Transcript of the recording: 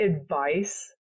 advice